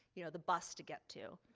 you know the bus to get to.